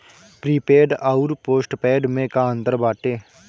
Prepaid अउर postpaid में का अंतर बाटे?